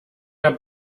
der